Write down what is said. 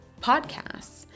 podcasts